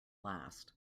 last